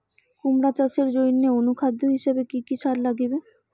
কুমড়া চাষের জইন্যে অনুখাদ্য হিসাবে কি কি সার লাগিবে?